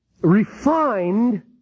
refined